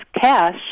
cash